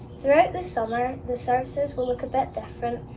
throughout the summer the services will look a bit different.